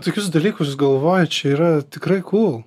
tokius dalykus galvoji čia yra tikrai kūl